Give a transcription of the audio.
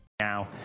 now